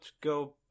go